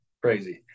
crazy